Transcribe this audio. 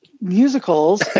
musicals